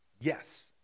yes